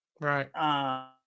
right